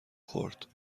خورد